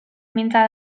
mintza